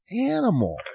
animal